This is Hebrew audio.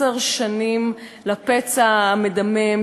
עשר שנים לפצע המדמם.